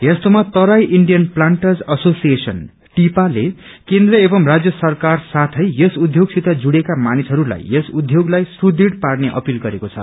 यस्तोमा Terai Indian planters association टिपा ले केन्द्र एवं राज्य सरकार साथै यस उद्योगसित जुडेका मानिसहरूलाई यस उद्योगाई सुदूह पार्ने अपिल गरेको छ